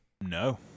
no